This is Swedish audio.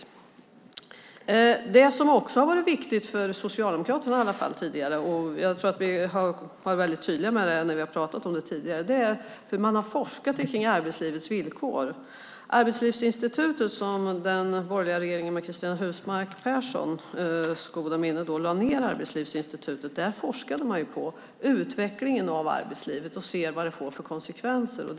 Något som också har varit viktigt för Socialdemokraterna tidigare, och jag tror att vi har varit väldigt tydliga med det när vi har pratat om det, är hur man har forskat om arbetslivets villkor. På Arbetslivsinstitutet, som den borgerliga regeringen med Cristina Husmark Pehrssons goda minne lade ned, forskade man på utvecklingen av arbetslivet för att se vilka konsekvenser det får.